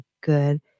good